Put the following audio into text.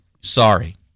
sorry